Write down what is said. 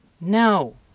No